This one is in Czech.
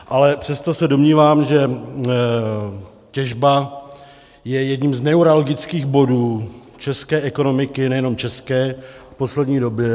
Ale přesto se domnívám, že těžba je jedním z neuralgických bodů české ekonomiky, nejenom české, v poslední době.